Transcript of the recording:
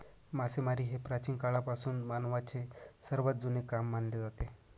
मासेमारी हे प्राचीन काळापासून मानवाचे सर्वात जुने काम मानले जाते